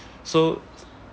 so